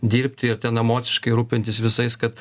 dirbti ir ten emociškai rūpintis visais kad